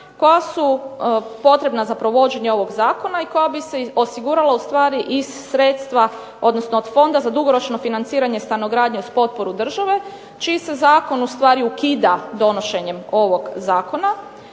koja su potrebna za provođenje ovog zakona i koja bi se osigurala ustvari iz sredstva, odnosno od Fonda za dugoročno financiranje stanogradnje uz potporu države čiji se zakon ustvari ukida donošenjem ovog zakona.